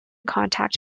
contact